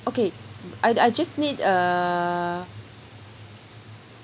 okay mm I I just need err